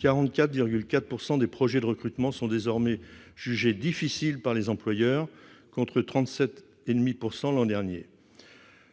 44,4 % des projets de recrutement sont jugés difficiles par les employeurs, contre 37,5 % l'an dernier.